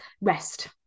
rest